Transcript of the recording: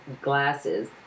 glasses